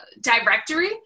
directory